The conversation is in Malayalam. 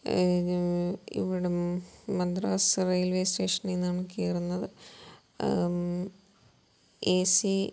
ഇവിടം മദ്രാസ് റെയിൽവേ സ്റ്റേഷനീന്നാണ് കയറുന്നത് ഏ സീ